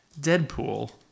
Deadpool